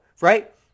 right